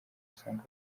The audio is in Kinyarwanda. usanga